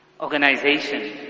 Organization